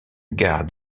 gare